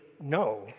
no